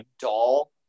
doll